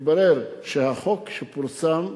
מתברר שהחוק שפורסם,